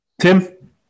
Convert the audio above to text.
Tim